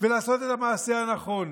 ולעשות את המעשה הנכון.